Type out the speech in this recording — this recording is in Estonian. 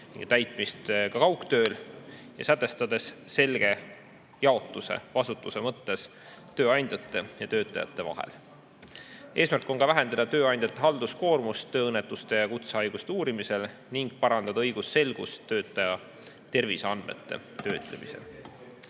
nõuete täitmist ka kaugtööl ja sätestatakse vastutuse selge jaotus tööandjate ja töötajate vahel. Eesmärk on ka vähendada tööandjate halduskoormust tööõnnetuste ja kutsehaiguste uurimisel ning parandada õigusselgust töötaja terviseandmete töötlemisel. Täpsemalt